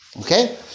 Okay